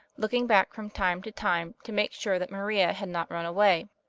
looking back from time to time to make sure that maria had not run away.